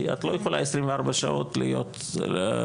כי אי אפשר עשרים וארבע שעות להיות שם.